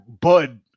Bud